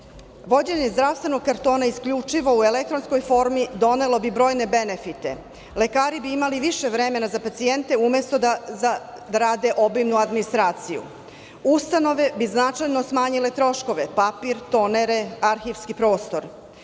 zdravstvenog kartona isključivo u elektronskoj formi donelo bi brojne benefite. Lekari bi imali više vremena za pacijente, umesto da rade obimnu administraciju. Ustanove bi značajno smanjile troškove, papir, tonere, arhivski prostor,